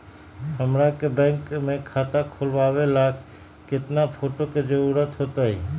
हमरा के बैंक में खाता खोलबाबे ला केतना फोटो के जरूरत होतई?